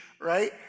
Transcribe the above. right